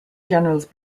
generals